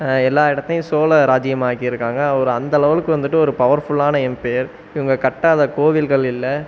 எல்லா இடத்தையும் சோழ ராஜ்ஜியமாக்கியிருக்காங்க அவர் அந்த லெவலுக்கு வந்துவிட்டு ஒரு பவர்ஃபுல்லான எம்ப்பையர் இவங்க கட்டாத கோவில்கள் இல்லை